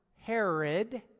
Herod